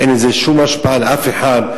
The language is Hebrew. אין לזה שום השפעה על אף אחד,